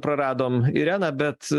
praradom ireną bet